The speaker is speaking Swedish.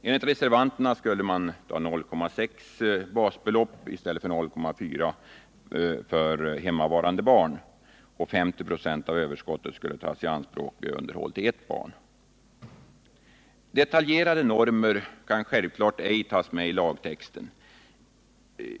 Enligt reservanterna skulle 0,6 i stället för 0,4 basbelopp förbehållas hemmavarande barn och 50 96 av överskottet tas i anspråk för underhåll till ett barn. Detaljerade normer kan självfallet ej tas med i lagtexten.